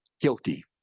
guilty